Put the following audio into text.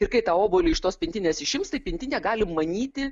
ir kai tą obuolį iš tos pintinės išimsi tai pintinė galim manyti